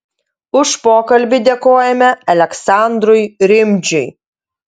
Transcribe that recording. už pokalbį dėkojame aleksandrui rimdžiui